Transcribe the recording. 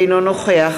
אינו נוכח